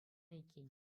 иккен